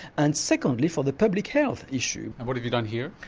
and secondly for the public health issue. and what have you done here?